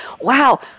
Wow